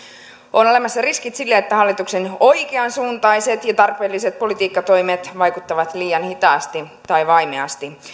on olemassa riskit sille että hallituksen oikeansuuntaiset ja tarpeelliset politiikkatoimet vaikuttavat liian hitaasti tai vaimeasti